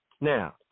Now